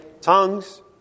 Tongues